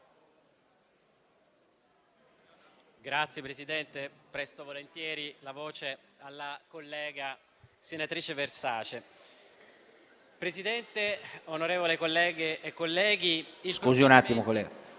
Signor Presidente, presto volentieri la voce alla collega senatrice Versace. Presidente, onorevoli colleghe e colleghi...